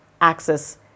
access